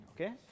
okay